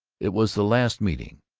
it was the last meeting.